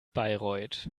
bayreuth